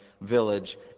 village